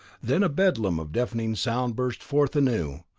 then a bedlam of deafening sound burst forth anew,